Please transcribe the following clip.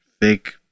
fake